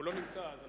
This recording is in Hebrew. הוא לא נמצא, אבל